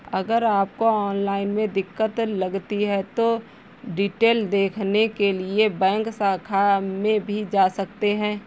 अगर आपको ऑनलाइन में दिक्कत लगती है तो डिटेल देखने के लिए बैंक शाखा में भी जा सकते हैं